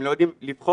הם לא יודעים לבחור